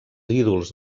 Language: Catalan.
ídols